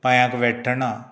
पांयाक वेट्टणां